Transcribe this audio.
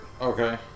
Okay